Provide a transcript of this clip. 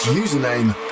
username